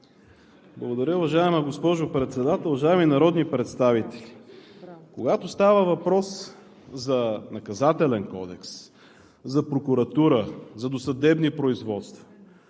Благодаря. Уважаема госпожо Председател, уважаеми народни представители! Когато става въпрос за Наказателен кодекс, за прокуратура, за досъдебни производства,